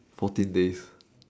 fourteen days